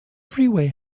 freeway